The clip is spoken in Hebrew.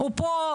הלאה.